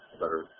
better